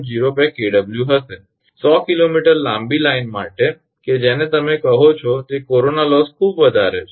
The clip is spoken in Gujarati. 100 𝑘𝑚 લાંબી લાઇન માટે કે જેને તમે કહો છો તે કોરોના લોસ ખૂબ વધારે છે